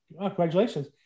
congratulations